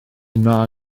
wna